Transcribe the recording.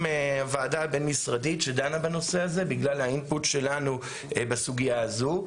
מהוועדה הבין-משרדית שדנה בנושא הזה בגלל האינפוט שלנו בסוגיה הזו.